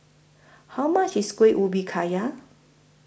How much IS Kuih Ubi Kayu